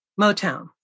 Motown